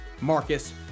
Marcus